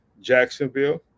Jacksonville